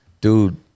dude